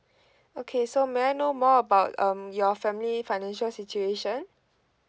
okay so may I know more about um your family's financial situation